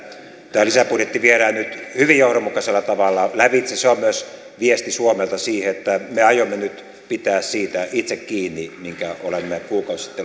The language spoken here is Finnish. tämä lisäbudjetti viedään nyt hyvin johdonmukaisella tavalla lävitse se on myös viesti suomelta siitä että me aiomme nyt itse pitää siitä kiinni minkä olemme kuukausi